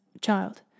child